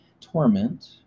Torment